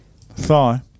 Thigh